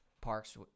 Parks